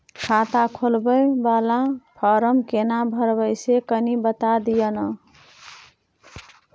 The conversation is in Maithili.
खाता खोलैबय वाला फारम केना भरबै से कनी बात दिय न?